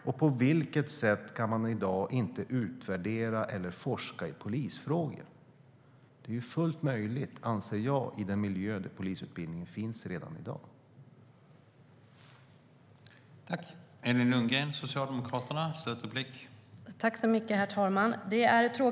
Och på vilket sätt kan man i dag inte utvärdera eller forska i polisfrågor? Det är fullt möjligt, anser jag, i den miljö där polisutbildningen finns redan i dag.